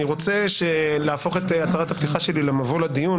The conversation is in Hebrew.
אני רוצה להפוך את הצהרת הפתיחה שלי למבוא לדיון,